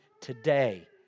today